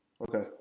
Okay